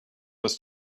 was